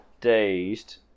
dazed